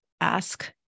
ask